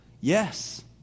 Yes